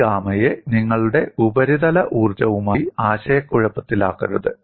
ഈ ഗാമയെ നിങ്ങളുടെ ഉപരിതല ഊർജ്ജവുമായി ആശയക്കുഴപ്പത്തിലാക്കരുത്